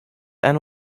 and